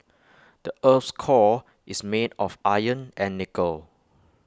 the Earth's core is made of iron and nickel